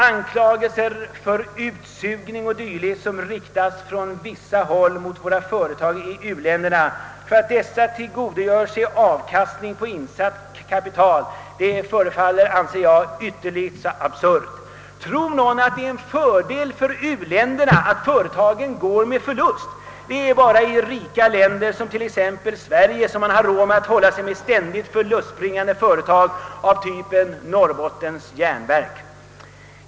Anklagelser för »utsugning» och dylikt, som riktas från vissa håll mot våra företag i u-länderna för att dessa tillgodogör sig avkastning på insatt kapital, förefaller ytterligt absurda. Tror någon att det är en fördel för u-länder na om företagen går med förlust? Det är bara i rika länder som t.ex. Sverige som man har råd att hålla sig med ständigt förlustbringande företag av typen Norrbottens järnverk.